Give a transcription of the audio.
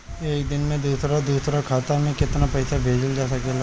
एक दिन में दूसर दूसर खाता में केतना पईसा भेजल जा सेकला?